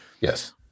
Yes